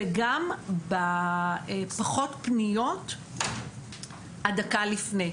וגם בפחות פניות הדקה לפני,